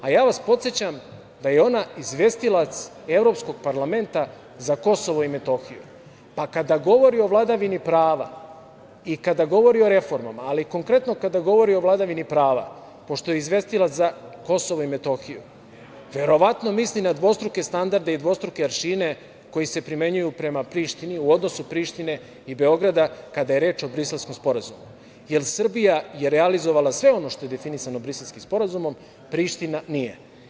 Ja vas podsećam da je ona izvestilac Evropskog parlamenta za Kosovo i Metohiju, pa kada govori o vladavini prava i kada govori o reformama, ali konkretno kada govori o vladavini prava, pošto je izvestilac za Kosovo i Metohiju, verovatno misli na dvostruke standarde i dvostruke aršine koji se primenjuju u odnosu Prištine i Beograda kada je reč o Briselskom sporazumu, jer Srbija je realizovala sve ono što je definisano Briselskim sporazumom, a Priština nije.